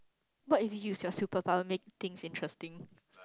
what if you use your superpower make things interesting